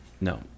No